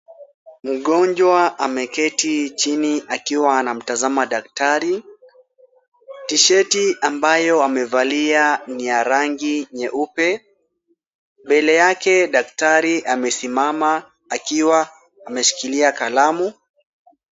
Mgonjwa ameketi chini akiwa anamtazama daktari, tishati ambayo amevalia ni ya rangi nyeupe, mbele yake daktari amesimama akiwa ameshikilia kalamu.